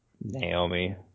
Naomi